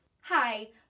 Hi